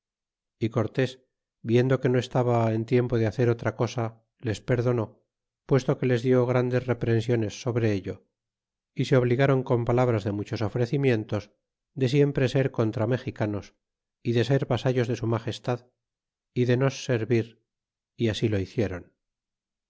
y cortes viendo que no estaba en tiempo de hacer otra cosa les perdonó puesto que les di grandes reprehensiones sobre ello y se obligaron con palabras de muchos ofrecimientos de siempre ser contra mexicanos y de ser vasallos de su magestad y ck nos servir y así lo hicieron